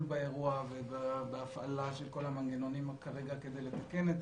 באירוע ובהפעלה של כל המנגנונים כדי לתקן את